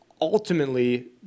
ultimately